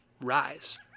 Rise